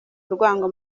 urwango